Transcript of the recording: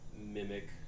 mimic